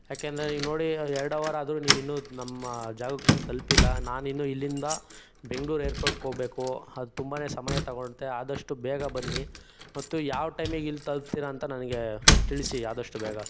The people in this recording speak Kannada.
ಯಾಕೆಂದರೆ ನೀವು ನೋಡಿ ಎರಡು ಅವರ್ ಆದರೂ ನೀವಿನ್ನೂ ನಮ್ಮ ಜಾಗಕ್ಕೆ ಬಂದು ತಲುಪಿಲ್ಲ ನಾನಿನ್ನೂ ಇಲ್ಲಿಂದ ಬೆಂಗ್ಳೂರು ಏರ್ಪೋರ್ಟ್ಗೋಗ್ಬೇಕು ಅದು ತುಂಬಾ ಸಮಯ ತಗೊಳತ್ತೆ ಆದಷ್ಟು ಬೇಗ ಬನ್ನಿ ಮತ್ತು ಯಾವ ಟೈಮಿಗೆ ಇಲ್ಲಿ ತಲುಪ್ತಿರಾಂತ ನನಗೆ ತಿಳಿಸಿ ಆದಷ್ಟು ಬೇಗ